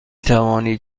توانی